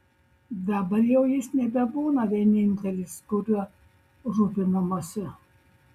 dabar jau jis nebebūna vienintelis kuriuo rūpinamasi